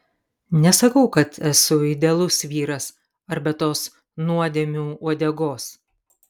nesakau kad esu idealus vyras ar be tos nuodėmių uodegos